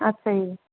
ਅੱਛਾ ਜੀ